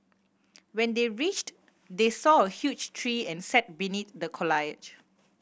when they reached they saw a huge tree and sat beneath the